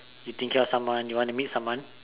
you thinking of someone you want to meet someone